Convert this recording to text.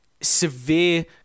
severe